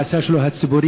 בעשייה שלו הציבורית,